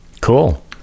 Cool